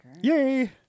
Yay